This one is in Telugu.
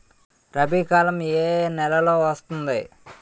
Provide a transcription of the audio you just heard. రబీ కాలం ఏ ఏ నెలలో వస్తుంది?